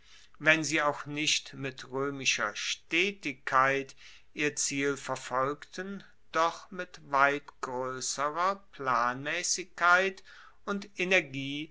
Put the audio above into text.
wenn sie auch nicht mit roemischer stetigkeit ihr ziel verfolgten doch mit weit groesserer planmaessigkeit und energie